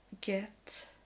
get